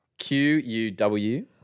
q-u-w